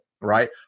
Right